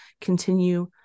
continue